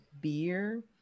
beer